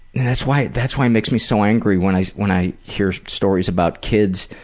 and that's why that's why it makes me so angry when i when i hear stories about kids,